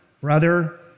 brother